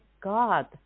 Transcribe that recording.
God